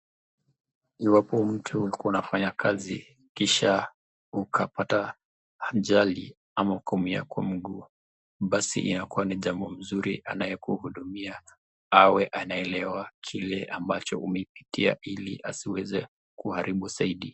Iwapo mtu anakuwa anafanya kazi kisha ukapata ajali ama kumia kwa mguu, basi inakuwa ni jambo mzuri anayekuhudumia awe anaelewa kile ambacho umepitia ili asiweze kuharibu zaidi.